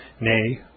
nay